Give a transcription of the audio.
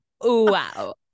Wow